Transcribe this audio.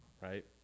right